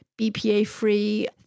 BPA-free